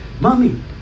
mommy